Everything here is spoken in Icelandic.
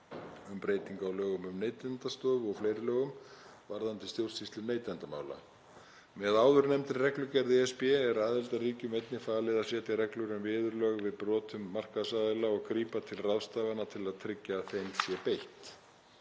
um breytingu á lögum um Neytendastofu og fleiri lögum, varðandi stjórnsýslu neytendamála. Með áðurnefndri reglugerð ESB er aðildarríkjum einnig falið að setja reglur um viðurlög við brotum markaðsaðila og grípa til ráðstafana til að tryggja að þeim sé beitt.